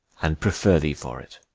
and prefer thee for it.